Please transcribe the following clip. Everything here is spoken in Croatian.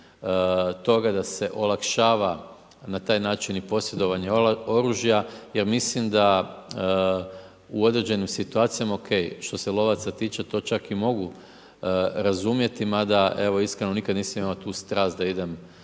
toga da se olakšava na taj način i posjedovanje oružja jer mislim da u određenim situacijama. Ok što se lovaca tiče to čak i mogu razumjeti mada evo iskreno nikada nisam imao tu strast da idem